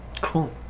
Cool